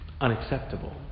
unacceptable